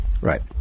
Right